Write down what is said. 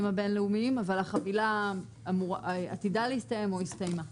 הבין-לאומיים אבל החבילה עתידה להסתיים או הסתיימה.